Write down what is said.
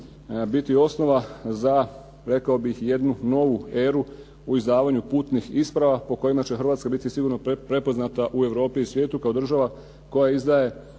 biti osnova za rekao bih jednu novu euru u izdavanju putnih isprava po kojima će Hrvatska biti sigurno prepoznata u Europi i svijetu kao država koja izdaje